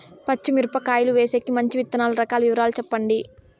పచ్చి మిరపకాయలు వేసేకి మంచి విత్తనాలు రకాల వివరాలు చెప్పండి?